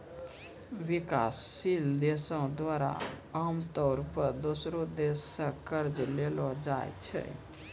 विकासशील देशो द्वारा आमतौरो पे दोसरो देशो से कर्जा लेलो जाय छै